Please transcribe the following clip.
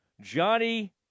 Johnny